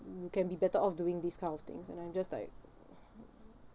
you can be better off doing these kind of things and I'm just like